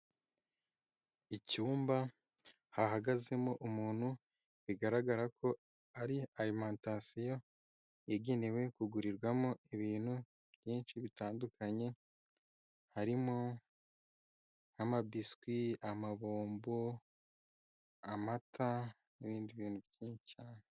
Icyumba hahagazemo umuntu bigaragara ko ari arimantasiyo yagenewe kugurirwamo ibintu byinshi bitandukanye, harimo nk'amabiswi amabombo, amata n'ibindi bintu byinshi cyane.